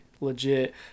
legit